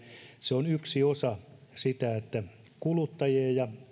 se on yksi osa sitä että kuluttajien ja